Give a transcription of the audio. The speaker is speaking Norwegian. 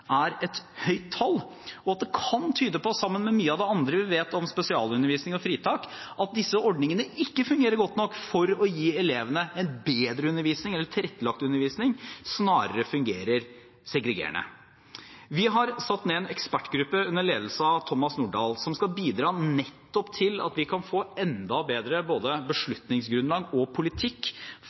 er et høyt tall, og at det, sammen med mye av det andre vi vet om spesialundervisning og fritak, kan tyde på at disse ordningene ikke fungerer godt nok for å gi elevene en bedre undervisning eller tilrettelagt undervisning, men snarere fungerer segregerende. Vi har satt ned en ekspertgruppe under ledelse av Thomas Nordahl, som skal bidra nettopp til at vi kan få enda bedre både beslutningsgrunnlag og politikk